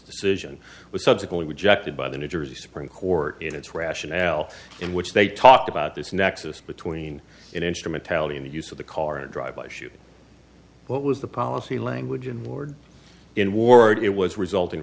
decision was subsequently rejected by the new jersey supreme court in its rationale in which they talked about this nexus between instrumentality in the use of the car and drive by shooting what was the policy language in ward in ward it was resultin